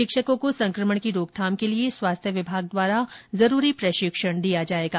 शिक्षकों को संक्रमण की रोकथाम के लिए स्वास्थ्य विभाग द्वारा जरूरी प्रशिक्षण दिया जाएगा